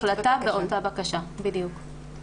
לפני שהוא מקבל החלטה באותה בקשה, בדיוק.